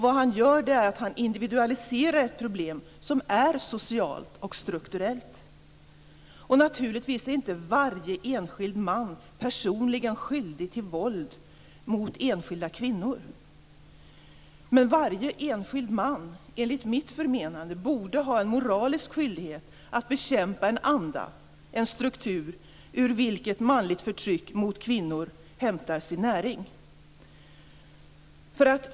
Vad han gör är att han individualiserar ett problem som är socialt och strukturellt. Naturligtvis är inte varje enskild man personligen skyldig till våld mot enskilda kvinnor. Men varje enskild man borde, enligt mitt förmenande, ha en moralisk skyldighet att bekämpa en anda, en struktur, varur manligt förtryck mot kvinnor hämtar sin näring.